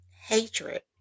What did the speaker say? hatred